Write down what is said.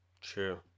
True